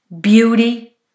Beauty